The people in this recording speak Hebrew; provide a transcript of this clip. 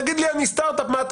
ויגיד לי אני סטרט-אפ מה אתה